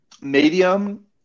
medium